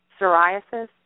psoriasis